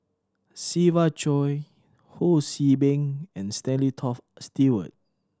Siva Choy Ho See Beng and Stanley Toft Stewart